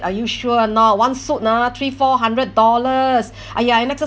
are you sure or not one suit ah three four hundred dollars !aiya!